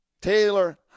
taylor